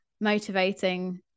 motivating